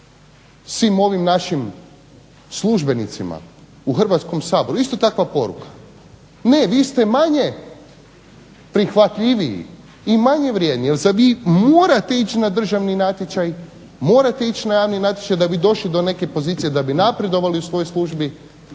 svim ovim našim službenicima u Hrvatskom saboru isto takva poruka, ne, vi ste manje prihvatljiviji i manje vrijedni, jer za njih morate ići na javni natječaj da bi došli do neke pozicije, da bi napredovali u vašoj službi